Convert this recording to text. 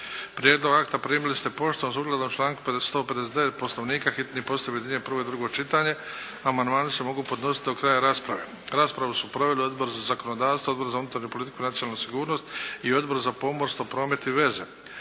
Prijedlog akta primili ste poštom. Sukladno članku 159. Poslovnika hitni postupak objedinjuje prvo i drugo čitanje. Amandmani se mogu podnositi do kraja rasprave. Raspravu su proveli Odbor za zakonodavstvo, Odbor za unutarnju politiku i nacionalnu sigurnost i Odbor za pomorstvo, promet i veze.